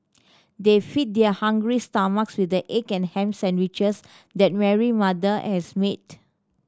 they fed their hungry stomachs with the egg and ham sandwiches that Mary mother has made